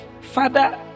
Father